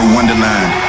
Wonderland